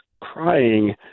crying